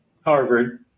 Harvard